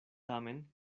tamen